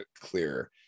clear